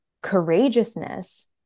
courageousness